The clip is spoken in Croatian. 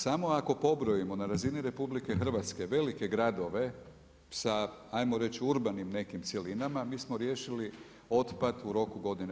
Samo ako pobrojimo na razini RH velike gradove sa ajmo reći urbanim nekim cjelinama, mi smo riješili otpad u roku godine